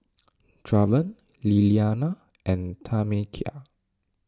Draven Lilianna and Tamekia